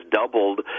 doubled